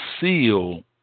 seal